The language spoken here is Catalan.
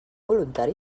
voluntari